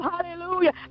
Hallelujah